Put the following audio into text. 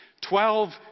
Twelve